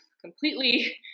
completely